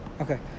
okay